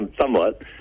somewhat